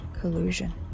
Collusion